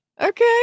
Okay